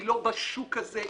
היא לא בשוק הזה,